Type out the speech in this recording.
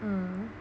mm